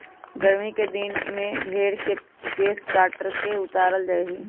गरमि कें दिन में भेर के केश काट कऽ उतारल जाइ छइ